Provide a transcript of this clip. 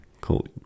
cool